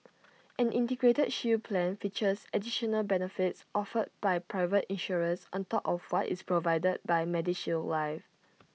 an integrated shield plan features additional benefits offered by private insurers on top of what is provided by medishield life